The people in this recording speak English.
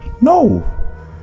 No